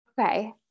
Okay